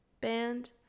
band